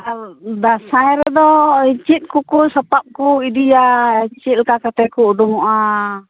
ᱟᱨᱚ ᱫᱟᱸᱥᱟᱭ ᱨᱮᱫᱚ ᱪᱮᱫᱠᱚᱠᱚ ᱥᱟᱯᱟᱵ ᱠᱚ ᱤᱫᱤᱭᱟ ᱪᱮᱫ ᱞᱮᱠᱟ ᱠᱟᱛᱮᱫ ᱠᱚ ᱩᱰᱩᱝᱚᱜᱼᱟ